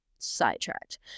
sidetracked